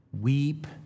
Weep